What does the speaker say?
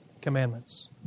commandments